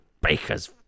baker's